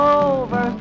over